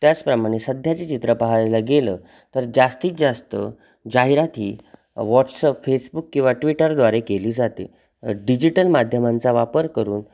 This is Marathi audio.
त्याचप्रमाणे सध्याचे चित्र पाहायला गेलं तर जास्तीत जास्त जाहिरात ही व्हॉट्सअप फेसबुक किंवा ट्विटरद्वारे केली जाते डिजिटल माध्यमांचा वापर करून